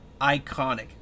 Iconic